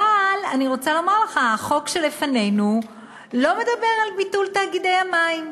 אבל אני רוצה לומר לך: החוק שלפנינו לא מדבר על ביטול תאגידי המים.